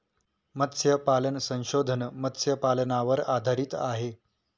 मत्स्यपालन संशोधन मत्स्यपालनावर आधारित आहे